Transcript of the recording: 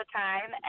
time